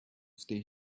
stay